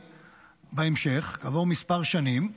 בהמשך, כעבור כמה שנים,